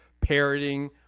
parroting